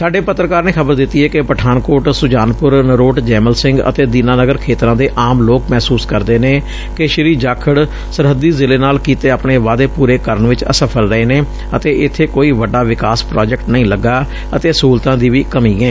ਸਾਡੇ ਪੱਤਰਕਾਰ ਨੇ ਖ਼ਬਰ ਦਿੱਤੀ ਏ ਕਿ ਪਠਾਨਕੋਟ ਸੁਜਾਨਪੁਰ ਨਰੋਟ ਜੈਮਲ ਸਿੰਘ ਅਤੇ ਦੀਨਾ ਨਗਰ ਖੇਤਰਾਂ ਦੇ ਆਮ ਲੋਕ ਮਹਿਸੁਸ ਕਰਦੇ ਨੇ ਕਿ ਸ੍ਰੀ ਜਾਖੜ ਸਰਹੱਦੀ ਜ਼ਿਲ੍ਹੇ ਨਾਲ ਕੀਤੇ ਆਪਣੇ ਵਾਅਦੇ ਪੂਰੇ ਕਰਨ ਚ ਅਸਫਲ ਰਹੇ ਨੇ ਅਤੇ ਇਬੇ ਕੋਈ ਵੱਡਾ ਵਿਕਾਸ ਪ੍ਰਾਜੈਕਟ ਨਹੀ ਲਗਾ ਅਤੇ ਸਹੁਲਤਾਂ ਦੀ ਵੀ ਕਮੀ ਏ